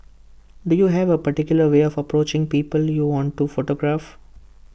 do you have A particular way of approaching people you want to photograph